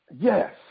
Yes